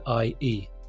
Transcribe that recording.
IE